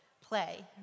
play